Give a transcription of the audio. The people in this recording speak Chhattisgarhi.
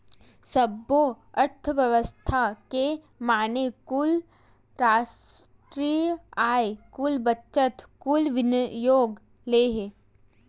सब्बो अर्थबेवस्था के माने कुल रास्टीय आय, कुल बचत, कुल विनियोग ले हे